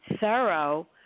thorough